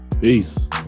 Peace